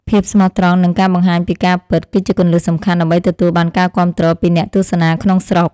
ភាពស្មោះត្រង់និងការបង្ហាញពីការពិត គឺជាគន្លឹះសំខាន់ដើម្បីទទួលបានការគាំទ្រពីអ្នកទស្សនាក្នុងស្រុក។